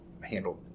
handled